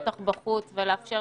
ובוודאי אלו שמתקיימים בחוץ,